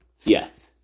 Yes